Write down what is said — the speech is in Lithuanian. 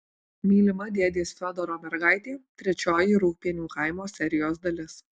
mylima dėdės fiodoro mergaitė trečioji rūgpienių kaimo serijos dalis